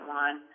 one